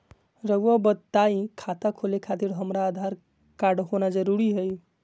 रउआ बताई खाता खोले खातिर हमरा आधार कार्ड होना जरूरी है?